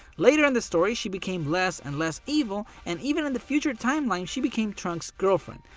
later in the story she became less and less evil and even in the future timeline she became trunks' girlfriend.